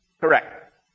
Correct